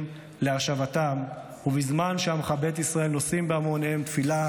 להשבתם ובזמן שעמך בית ישראל נושאים בהמוניהם תפילה